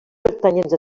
pertanyents